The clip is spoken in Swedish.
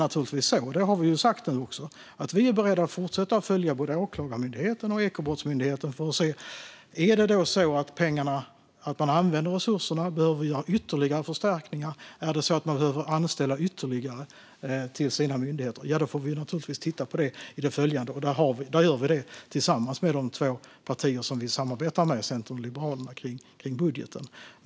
Givetvis är vi beredda att fortsätta att följa både Åklagarmyndigheten och Ekobrottsmyndigheten. Används pengarna och man behöver göra ytterligare förstärkningar och anställa fler får vi naturligtvis titta på det, och då gör vi det tillsammans med de två partier vi samarbetar om budgeten med, Centern och Liberalerna.